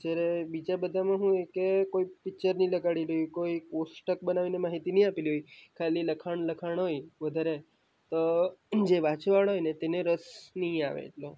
જયારે બીજા બધામાં હું હોય કે પિક્ચર નહીં લગાડેલી હોય કોષ્ટક બનાવીને માહિતી નહીં આપેલી હોય ખાલી લખાણ લખાણ હોય વધારે તો જે વાંચવાવાળા હોય ને એને રસ નહીં આવે એટલો બધો